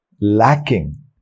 lacking